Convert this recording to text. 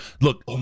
Look